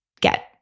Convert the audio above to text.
get